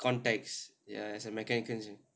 contacts ya as a mechanic engineer